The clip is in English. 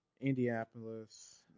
Indianapolis